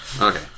Okay